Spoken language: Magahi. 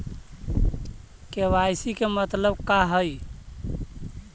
के.वाई.सी के मतलब का हई?